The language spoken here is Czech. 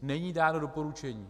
Není dáno doporučení.